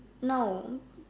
no